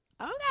Okay